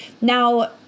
Now